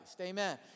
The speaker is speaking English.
Amen